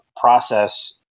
process